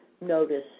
notice